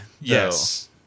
Yes